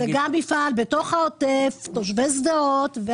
זה גם מפעל בתוך העוטף, תושבי שדרות.